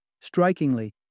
Strikingly